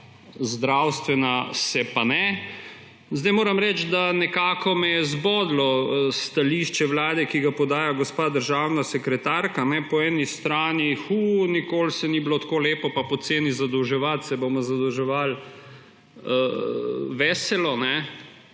zdravstvena se pa ne. Moram reči, da nekako me je zbodlo stališče Vlade, ki ga podaja gospa državna sekretarka. Po eni strani – Hu, nikoli se ni bilo tako lepo pa poceni zadolževati, se bomo zadolževali veselo, ne